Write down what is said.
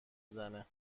زنه